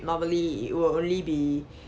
normally it will only be